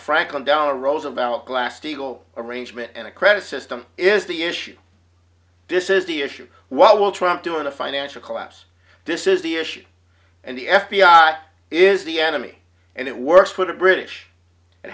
franklin delano roosevelt glass steagall arrangement and a credit system is the issue this is the issue what will trump do in a financial collapse this is the issue and the f b i is the enemy and it works for the british